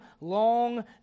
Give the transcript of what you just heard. long